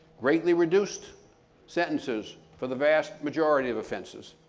greatly reduced sentences for the vast majority of offenses,